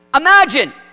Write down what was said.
imagine